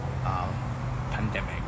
pandemic